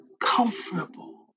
comfortable